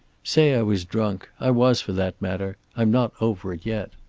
say i was drunk. i was, for that matter. i'm not over it yet.